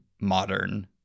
modern